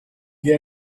get